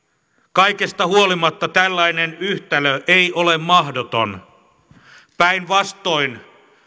kaikesta huolimatta tällainen yhtälö ei ole mahdoton päinvastoin